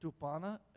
Tupana